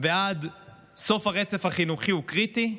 ועד סוף הרצף החינוכי הוא קריטי,